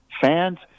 fans